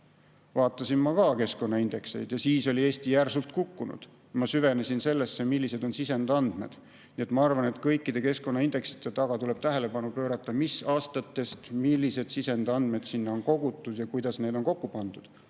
vaatasin ma ka keskkonnaindekseid. Eesti oli neis järsult kukkunud. Ma süvenesin sellesse, millised on sisendandmed. Ma arvan, et kõikide keskkonnaindeksite puhul tuleb tähelepanu pöörata sellele, mis aastatest millised sisendandmed sinna on kogutud ja kuidas neid on kokku pandud.